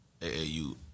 AAU